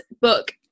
book